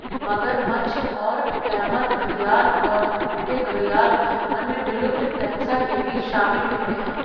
मगरमच्छ और कैमन घड़ियाल और झूठे घड़ियाल अन्य विलुप्त टैक्सा के बीच शामिल होते हैं